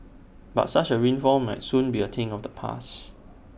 but such A windfall might soon be A thing of the past